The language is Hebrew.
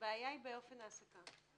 הבעיה היא באופן ההעסקה.